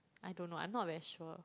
I don't know I'm not very sure